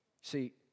See